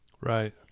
Right